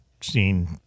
seen